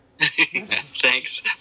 Thanks